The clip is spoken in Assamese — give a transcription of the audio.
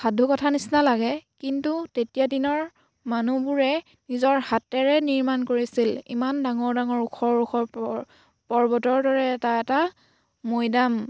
সাধু কথা নিচিনা লাগে কিন্তু তেতিয়া দিনৰ মানুহবোৰে নিজৰ হাতেৰে নিৰ্মাণ কৰিছিল ইমান ডাঙৰ ডাঙৰ ওখ ওখ পৰ পৰ্বতৰ দৰে এটা এটা মৈদাম